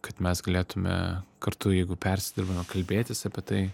kad mes galėtume kartu jeigu persidirbame kalbėtis apie tai